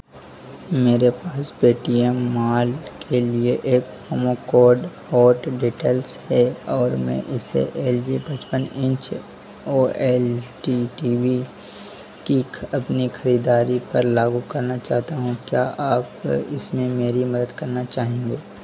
मेरे पास Paytm mall के लिए एक प्रोमो कोड हॉट डिटेल्स है और मैं इसे एल जी पचपन inch O L T TV की अपनी खरीदारी पर लागू करना चाहता हूँ क्या आप इसमें मेरी मदद करना चाहेंगे